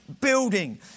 building